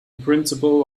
principle